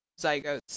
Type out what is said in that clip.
zygotes